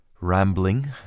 rambling